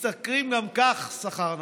והם משתכרים גם כך שכר נמוך.